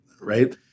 right